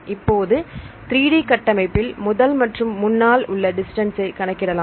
இப்போது 3D கட்டமைப்பில் முதல் மற்றும் முன்னால் உள்ள டிஸ்டன்ஸ் ஐ கணக்கிடலாம்